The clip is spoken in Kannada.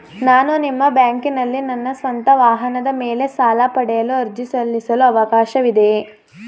ನಾನು ನಿಮ್ಮ ಬ್ಯಾಂಕಿನಲ್ಲಿ ನನ್ನ ಸ್ವಂತ ವಾಹನದ ಮೇಲೆ ಸಾಲ ಪಡೆಯಲು ಅರ್ಜಿ ಸಲ್ಲಿಸಲು ಅವಕಾಶವಿದೆಯೇ?